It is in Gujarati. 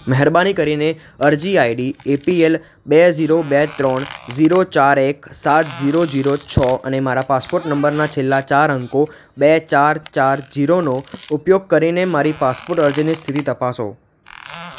મહેરબાની કરીને અરજી આઈડી એપીએલ બે ઝીરો બે ત્રણ ઝીરો ચાર એક સાત ઝીરો જીરો છ અને મારા પાસપોર્ટ નંબરના છેલ્લા ચાર અંકો બે ચાર ચાર જીરોનો ઉપયોગ કરીને મારી પાસપોટ અરજીની સ્થિતિ તપાસો